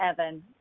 Evan